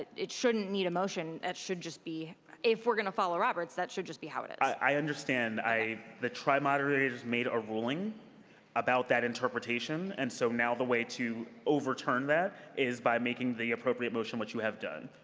it shouldn't need a motion. it should just be if we're going to follow roberts, that should just be how it is. i understand. the tr i-moderators made a ruling about that interpretation. and so now the way to overturn that is by making the appropriate motion, which you have done.